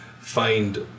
find